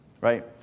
right